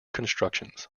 constructions